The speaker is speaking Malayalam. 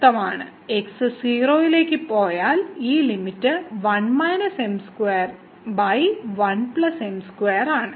x → 0 ആയ ഈ ലിമിറ്റ് ആണ്